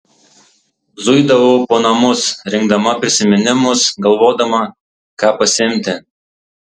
zuidavau po namus rinkdama prisiminimus galvodama ką pasiimti